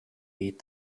eat